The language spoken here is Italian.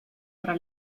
tra